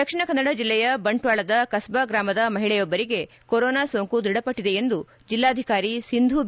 ದಕ್ಷಿಣ ಕನ್ನಡ ಜಿಲ್ಲೆಯ ಬಂಟ್ವಾಳದ ಕಸ್ವಾ ಗ್ರಾಮದ ಮಹಿಳೆಯೊಬ್ಬರಿಗೆ ಕೊರೊನಾ ಸೋಂಕು ದೃಢಪಟ್ಟಿದೆ ಎಂದು ಜಿಲ್ಲಾಧಿಕಾರಿ ಸಿಂಧೂ ಬಿ